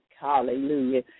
Hallelujah